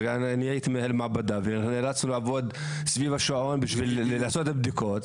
הייתי מנהל מעבדה ונאלצנו לעבוד סביב השעון בשביל לעשות בדיקות,